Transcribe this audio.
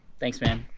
thanks, man.